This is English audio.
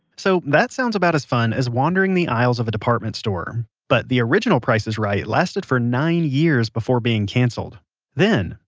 so, that sounds about as fun as wandering the aisles of a department store, but the original price is right lasted for nine years before being canceled then,